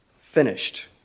finished